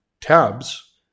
tabs